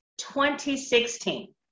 2016